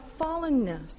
fallenness